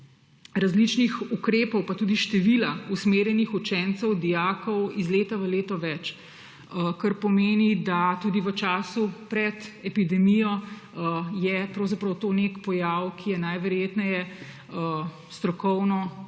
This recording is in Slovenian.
različnih ukrepov pa tudi število usmerjenih učencev, dijakov iz leta v leto več. Tudi v času pred epidemijo je pravzaprav to nek pojav, ki je najverjetneje strokovno